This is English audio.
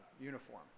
uniform